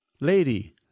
lady